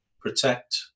protect